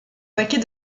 paquet